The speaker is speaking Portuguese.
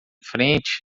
frente